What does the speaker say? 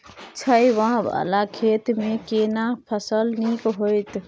छै ॉंव वाला खेत में केना फसल नीक होयत?